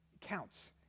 counts